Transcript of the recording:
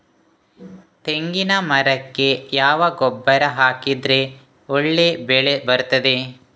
ತೆಂಗಿನ ಮರಕ್ಕೆ ಯಾವ ಗೊಬ್ಬರ ಹಾಕಿದ್ರೆ ಒಳ್ಳೆ ಬೆಳೆ ಬರ್ತದೆ?